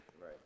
Right